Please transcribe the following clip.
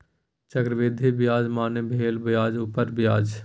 चक्रवृद्धि ब्याज मने भेलो ब्याजो उपर ब्याज